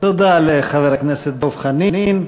תודה לחבר הכנסת דב חנין.